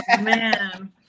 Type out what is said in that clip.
man